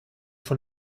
von